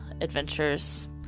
adventures